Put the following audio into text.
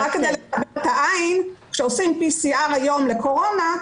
רק כדי --- כשעושים PCR היום לקורונה,